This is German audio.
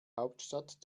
hauptstadt